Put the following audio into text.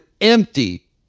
empty